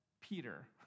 Peter